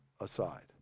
aside